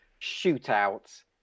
shootout